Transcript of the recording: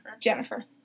Jennifer